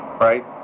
Right